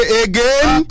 again